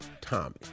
Tommy